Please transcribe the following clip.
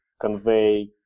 convey